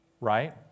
Right